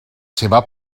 seva